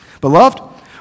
Beloved